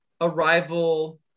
arrival